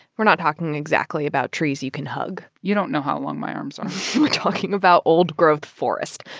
we're not talking exactly about trees you can hug you don't know how long my arms are we're talking about old-growth forest,